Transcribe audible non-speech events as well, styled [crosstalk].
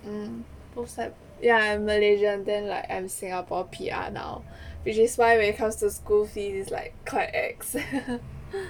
mm both side I'm malaysian then like I'm singapore P_R now which is why when it comes to school fees is like quite ex [laughs]